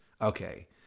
okay